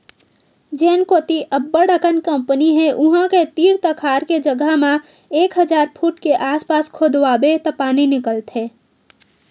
जेन कोती अब्बड़ अकन कंपनी हे उहां के तीर तखार के जघा म एक हजार फूट के आसपास खोदवाबे त पानी निकलथे